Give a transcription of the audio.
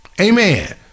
Amen